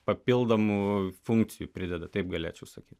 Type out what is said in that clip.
papildomų funkcijų prideda taip galėčiau sakyt